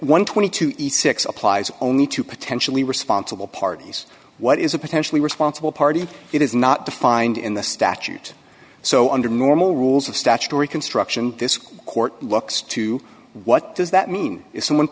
and twenty two dollars east six applies only to potentially responsible parties what is a potentially responsible party it is not defined in the statute so under normal rules of statutory construction this court looks to what does that mean is someone